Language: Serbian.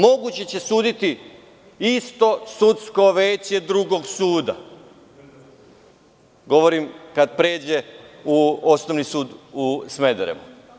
Moguće da će suditi isto sudsko veće drugog suda, govorim kad pređe u osnovni sud u Smederevu.